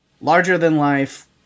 larger-than-life